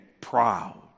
proud